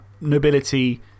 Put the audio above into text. Nobility